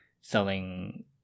selling